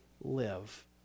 live